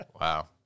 Wow